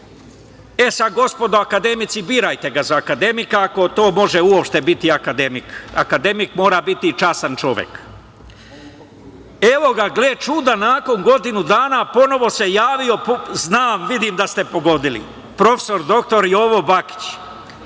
citat. Gospodo akademici, birajte ga za akademika ako to može uopšte biti akademik. Akademik mora biti častan čovek. Evo ga, gle čuda, nakon godinu dana ponovo se javio, znam, vidim da ste pogodili, prof. dr Jovo Bakić.